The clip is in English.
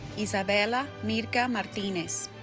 isabella myrka martinez